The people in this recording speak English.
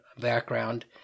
background